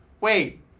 wait